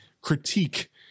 critique